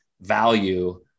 value